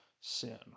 sin